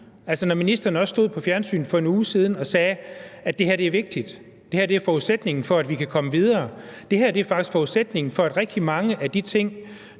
Altså, når ministeren også stod på fjernsyn for en uge siden og sagde, at det her er vigtigt, at det her er forudsætningen for, at vi kan komme videre, at det her er forudsætningen for rigtig mange af de ting,